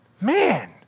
Man